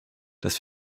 das